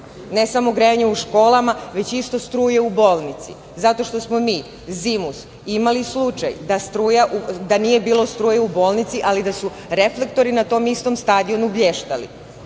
ne samo grejanje u školama, već isto struja u bolnici. Zato što smo mi zimus imali slučaj da nije bilo struje u bolnici, ali da su reflektori na tom istom stadionu blještali. Konkretno,